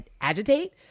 agitate